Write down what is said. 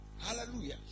Hallelujah